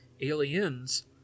Aliens